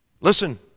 Listen